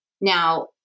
now